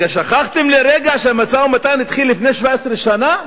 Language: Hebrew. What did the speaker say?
שכחתם לרגע שהמשא-ומתן התחיל לפני 17 שנה?